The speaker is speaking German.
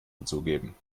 dazugeben